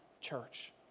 church